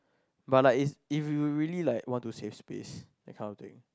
but like it's if you really like want to save space that kind of thing